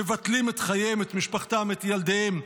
מבטלים את חייהם, את משפחתם, את ילדיהם,